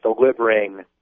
delivering